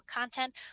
content